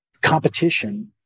competition